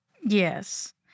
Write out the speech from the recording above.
Yes